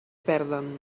perden